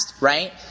right